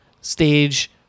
stage